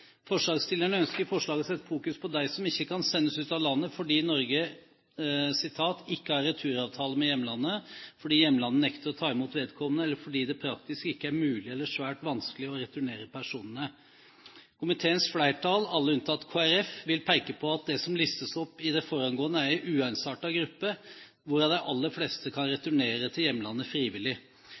Forslagsstillerne ønsker i forslaget å sette fokus på dem som ikke kan sendes ut av landet fordi Norge «ikke har returavtale med hjemlandet, fordi hjemlandet nekter å ta imot vedkommende, eller fordi det praktisk ikke er mulig, eller svært vanskelig, å returnere personene». Komiteens flertall, alle unntatt Kristelig Folkeparti, vil peke på at det som listes opp i det forangående, er en uensartet gruppe hvorav de aller fleste kan returnere til hjemlandet frivillig.